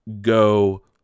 go